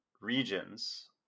regions